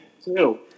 two